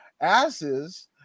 asses